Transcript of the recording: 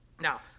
Now